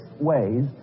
ways